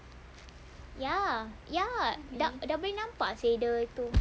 ya ya dah dah boleh nampak seh the tu